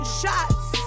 shots